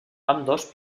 ambdós